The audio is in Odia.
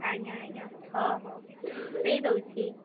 ଆଜ୍ଞା ଆଜ୍ଞା ହେଉ ହେଉ ଦେଇ ଦେଉଛି